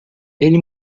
ele